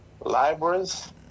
libraries